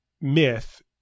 myth